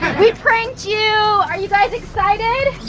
we pranked you! are you guys excited?